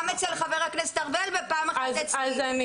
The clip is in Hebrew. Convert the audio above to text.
גם בהצעה של חבר הכנסת ארבל ופעם אחת אצלי.